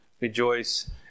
Rejoice